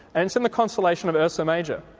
and it's in the constellation of ursa major.